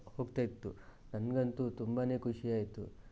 ಹೋಗ್ತಾಯಿತ್ತು ನನಗಂತೂ ತುಂಬಾನೇ ಖುಷಿ ಆಯಿತು